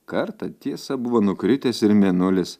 kartą tiesa buvo nukritęs ir mėnulis